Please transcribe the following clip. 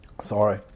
Sorry